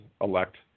elect